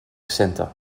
center